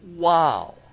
Wow